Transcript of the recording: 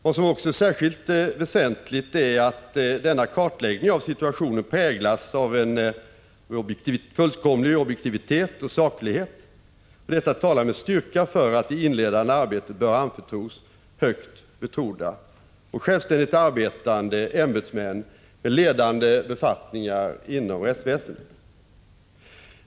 Vad som också är särskilt väsentligt är att denna Prot. 1985/86:148 kartläggning av situationen präglas av fullkomlig objektivitet och saklighet. 22 maj 1986 Detta talar med styrka för att det inledande arbetet bör anförtros högt betrodda och självständigt arbetande ämbetsmän med ledande befattningar inom rättsväsendet.